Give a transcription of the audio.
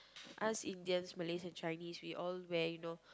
us Indians Malays and Chinese we all wear you know